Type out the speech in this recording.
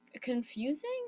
confusing